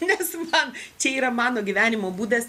nes man čia yra mano gyvenimo būdas